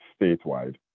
statewide